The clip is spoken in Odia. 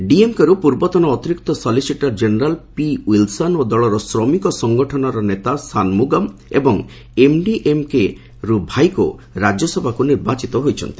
ଡିଏମ୍କେରୁ ପୂର୍ବତନ ଅତିରିକ୍ତ ସଲିସିଟର୍ କେନେରାଲ୍ ପି ୱିଲ୍ସନ୍ ଓ ଦଳର ଶ୍ରମିକ ସଙ୍ଗଠନର ନେତା ସାନ୍ମୁଗମ୍ ଏବଂ ଏମ୍ଡିଏମ୍କେରୁ ଭାଇକୋ ରାଜ୍ୟସଭାକୁ ନିର୍ବାଚିତ ହୋଇଛନ୍ତି